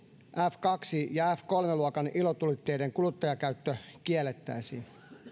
f kaksi ja f kolme luokan ilotulitteiden kuluttajakäyttö kiellettäisiin